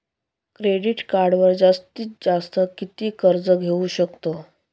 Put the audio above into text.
Credit कार्डवर जास्तीत जास्त किती कर्ज घेऊ शकतो?